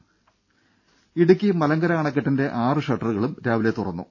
ദ്ദേ ഇടുക്കി മലങ്കര അണക്കെട്ടിന്റെ ആറ് ഷട്ടറുകളും രാവിലെ തുറന്നു